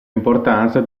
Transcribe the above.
importanza